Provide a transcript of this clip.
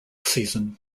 season